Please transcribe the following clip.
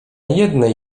jednej